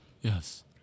Yes